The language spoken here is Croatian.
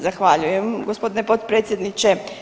Zahvaljujem gospodine potpredsjedniče.